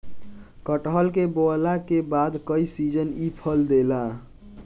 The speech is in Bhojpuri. कटहल के बोअला के बाद कई सीजन इ फल देला